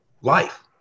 life